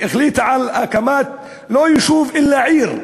החליט על הקמת לא יישוב אלא עיר,